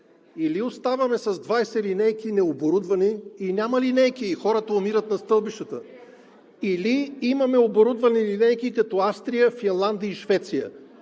или оставаме с 20 необорудвани линейки и няма линейки и хората умират на стълбищата, или имаме оборудвани линейки, като Австрия, Финландия и Швеция